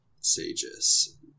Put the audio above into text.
Sages